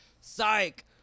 Psych